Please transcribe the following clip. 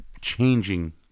changing